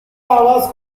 عوض